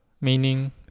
meaning